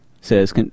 says